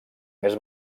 més